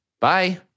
Bye